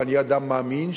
ואני אדם מאמין,